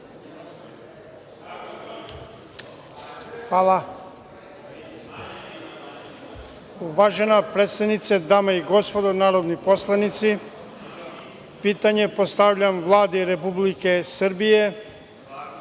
Hvala. Uvažena predsednice, dame i gospodo narodni poslanici, pitanje postavljam Vladi Republike Srbije. Članom